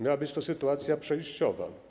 Miała być to sytuacja przejściowa.